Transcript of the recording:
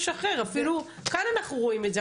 אפילו כאן אנחנו רואים את זה.